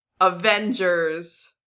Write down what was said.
Avengers